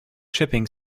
chipping